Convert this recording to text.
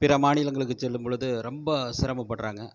பிற மாநிலங்களுக்கு செல்லும்பொழுது ரொம்ப சிரமப்படுறாங்க